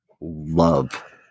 love